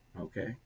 okay